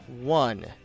One